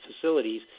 facilities